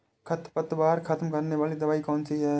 खरपतवार खत्म करने वाली दवाई कौन सी है?